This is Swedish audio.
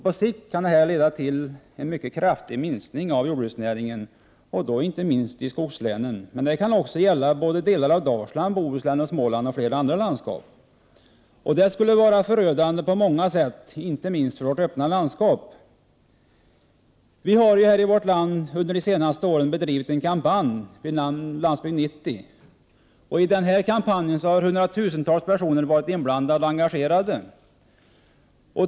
På sikt kan detta leda till en mycket kraftig minskning av jordbruksnäringen, inte minst i skogslänen. Men det kan också gälla delar av Dalsland, Bohuslän och Småland samt flera andra landskap. Det skulle vara förödande på många sätt, inte minst för vårt öppna landskap. Vi har i vårt land under de senaste åren bedrivit en kampanj vid namn Landsbygd 90. I den kampanjen har hundratusentals personer varit inblandade och engagerade.